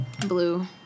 Blue